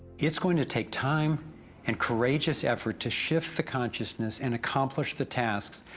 it's going to take time and courageous effort, to shift the consciousness and accomplish the tasks,